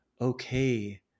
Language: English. okay